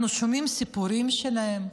אנחנו שומעים את הסיפורים שלהם?